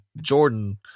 Jordan